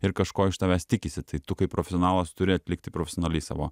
ir kažko iš tavęs tikisi tai tu kaip profesionalas turi atlikti profesionaliai savo